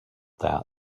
that